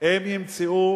אם ימצאו